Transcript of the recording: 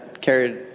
carried